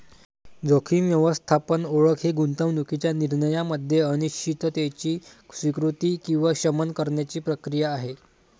जोखीम व्यवस्थापन ओळख ही गुंतवणूकीच्या निर्णयामध्ये अनिश्चिततेची स्वीकृती किंवा शमन करण्याची प्रक्रिया आहे